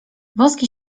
wąski